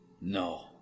No